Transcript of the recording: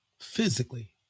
physically